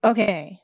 Okay